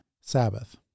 Sabbath